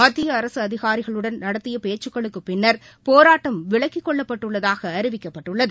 மத்தியஅரசுஅதிகாரிகளுடன் நடத்தியபேச்சுக்களுக்குப் பின்னர் போராட்டம் விலக்கிக் கொள்ளப்பட்டுள்ளதாகஅறிவிகக்ப்பட்டுள்ளது